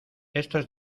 estos